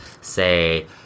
say